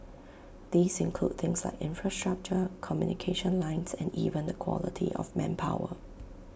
these include things like infrastructure communication lines and even the quality of manpower